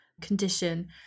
condition